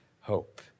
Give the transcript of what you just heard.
hope